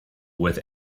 with